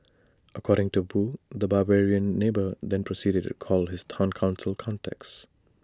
according to boo the 'barbarian neighbour' then proceeded to call his Town Council contacts